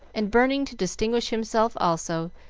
and, burning to distinguish himself also,